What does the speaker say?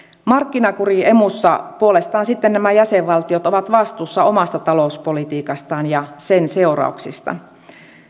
markkinakuri emussa puolestaan sitten nämä jäsenvaltiot ovat vastuussa omasta talouspolitiikastaan ja sen seurauksista